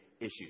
issues